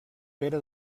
pere